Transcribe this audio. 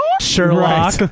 sherlock